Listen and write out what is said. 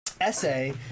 essay